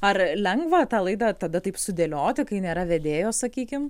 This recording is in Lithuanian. ar lengva tą laidą tada taip sudėlioti kai nėra vedėjo sakykim